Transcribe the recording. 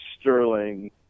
sterling